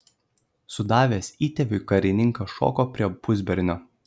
sudavęs įtėviui karininkas šoko prie pusbernio